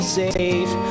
safe